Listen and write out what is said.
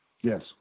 Yes